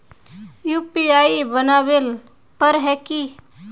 UPI बनावेल पर है की?